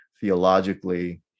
theologically